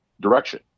direction